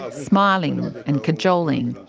ah smiling and cajoling.